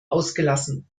ausgelassen